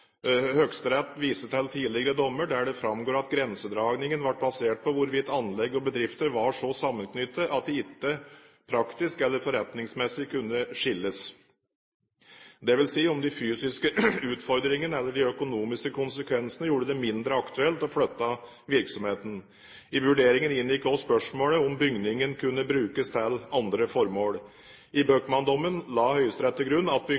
til tidligere dommer der det framgår at grensedragningen ble basert på hvorvidt anlegg og bedrift var så sammenknyttet at de ikke praktisk eller forretningsmessig kunne skilles, dvs. om de fysiske utfordringene eller de økonomiske konsekvensene gjorde det mindre aktuelt å flytte virksomheten. I vurderingen inngikk også spørsmålet om bygningen kunne brukes til andre formål. I Bøckmann-dommen la Høyesterett til grunn at